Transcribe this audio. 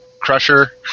Crusher